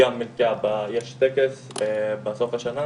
וגם יש טקס בסוף השנה,